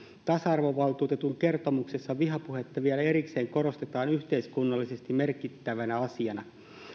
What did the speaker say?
tasa arvovaltuutetun kertomuksessa vihapuhetta vielä erikseen korostetaan yhteiskunnallisesti merkittävänä asiana